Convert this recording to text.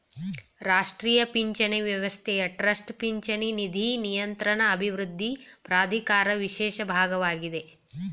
ರಾಷ್ಟ್ರೀಯ ಪಿಂಚಣಿ ವ್ಯವಸ್ಥೆಯ ಟ್ರಸ್ಟ್ ಪಿಂಚಣಿ ನಿಧಿ ನಿಯಂತ್ರಣ ಅಭಿವೃದ್ಧಿ ಪ್ರಾಧಿಕಾರ ವಿಶೇಷ ವಿಭಾಗವಾಗಿದೆ